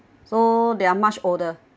so they are much older